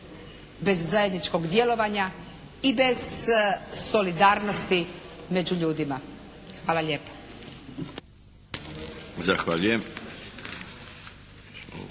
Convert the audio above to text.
bez zajedničkog djelovanja i bez solidarnosti među ljudima. Hvala lijepa.